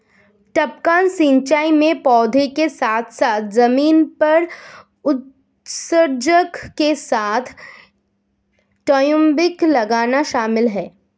टपकन सिंचाई में पौधों के साथ साथ जमीन पर उत्सर्जक के साथ टयूबिंग लगाना शामिल है